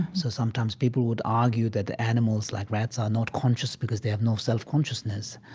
so sometimes people would argue that the animals like rats are not conscious because they have no self-consciousness,